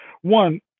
One